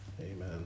Amen